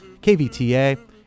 KVTA